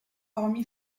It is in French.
parmi